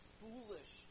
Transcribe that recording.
foolish